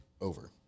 over